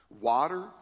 Water